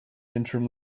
interim